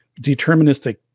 deterministic